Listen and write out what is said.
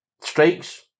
strikes